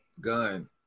gun